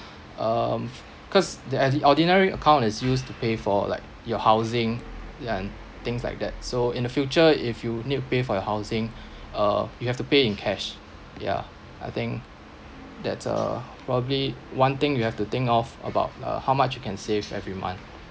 um cause the adi~ ordinary account is used to pay for like your housing and things like that so in the future if you need pay for your housing uh you have to pay in cash ya I think that's uh probably one thing you have to think of about uh how much you can save every month